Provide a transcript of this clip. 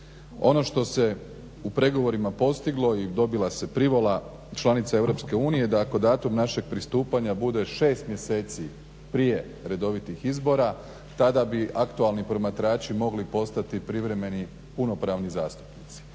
Ono što se u pregovorima postiglo i dobila se privola članica EU da ako datum našeg pristupanja bude 6 mjeseci prije redovitih izbora tada bi aktualni promatrači mogli postati privremeni punopravni zastupnici.